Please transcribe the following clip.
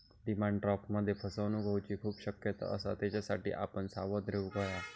demand ड्राफ्टमध्ये फसवणूक होऊची खूप शक्यता असता, त्येच्यासाठी आपण सावध रेव्हूक हव्या